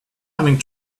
having